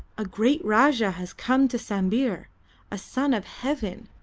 a great rajah has come to sambir a son of heaven,